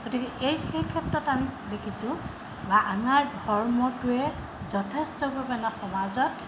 গতিকে এই সেই ক্ষেত্ৰত আমি দেখিছোঁ বা আমাৰ ধৰ্মটোৱে যথেষ্ট পৰিমাণে সমাজত